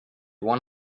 one